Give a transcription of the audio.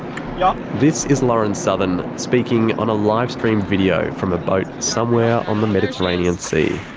yeah this is lauren southern speaking on a livestream video from a boat somewhere on the mediterranean sea.